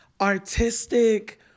artistic